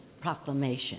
Proclamation